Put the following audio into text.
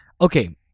Okay